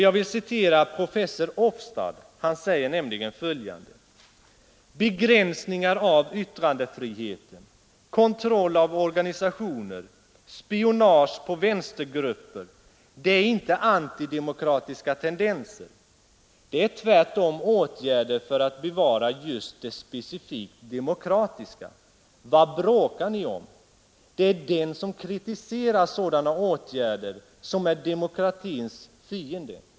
Låt mig citera professor Ofstad: ”Begränsningar av yttrandefriheten, kontroll av organisationer, spionage på vänstergrupper, det är inte anti-demokratiska tendenser. Det är tvärtom åtgärder för att bevara just det specifikt demokratiska. Vad bråkar Ni om! Det är den som kritiserar sådana åtgärder som är demokratins fiende.